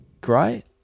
great